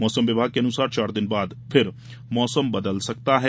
मौसम विभाग के अनुसार चार दिन बाद फिर मौसम बदल सकता है